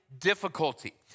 difficulty